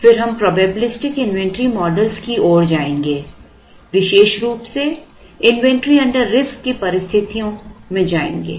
फिर हम probabilistic inventory model की ओर जाएंगे विशेष रूप से इन्वेंटरी अंडर रिस्क की परिस्थितियों में जाएंगे